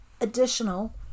additional